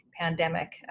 pandemic